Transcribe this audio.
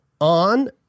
on